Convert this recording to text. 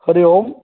हरिः ओम्